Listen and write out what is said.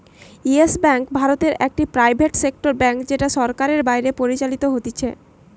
yes bank ভারতে একটি private sector bank যেটা সরকারের বাইরে পরিচালিত হতিছে